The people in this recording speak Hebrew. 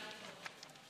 החוצפה ועזות המצח שלהם.